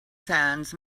sands